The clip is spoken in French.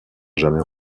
jamais